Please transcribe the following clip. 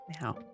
now